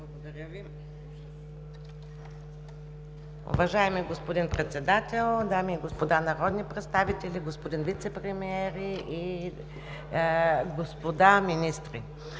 Благодаря Ви. Уважаеми господин Председател, дами и господа народни представители, господин Вицепремиер и господа министри!